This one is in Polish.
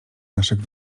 naszych